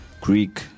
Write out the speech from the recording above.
Greek